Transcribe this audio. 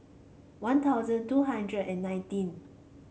One Thousand two hundred and nineteen